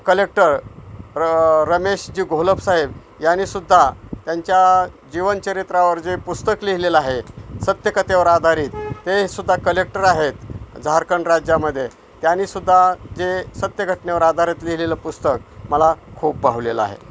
collector र रमेश जी घोलप साहेब यांनीसुद्धा त्यांच्या जीवनचरित्रावर जे पुस्तक लिहिलेलं आहे सत्यकथेवर आधारित तेसुद्धा कलेक्टर आहेत झारखंड राज्यामध्ये त्यानीसुद्धा जे सत्यघटनेवर आधारित लिहिलेलं पुस्तक मला खूप भावलेलं आहे